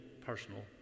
personal